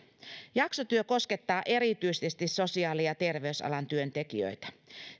jaksotyö koskettaa erityisesti sosiaali ja terveysalan työntekijöitä